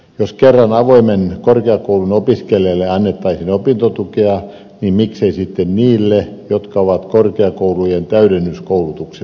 jos kerran avoimen korkeakoulun opiskelijoille annettaisiin opintotukea niin miksei sitten niille jotka ovat korkeakoulujen täydennyskoulutuksessa